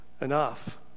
enough